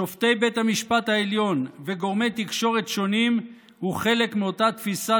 שופטי בית המשפט העליון וגורמי תקשורת שונים הוא חלק מאותה תפיסה